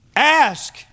ask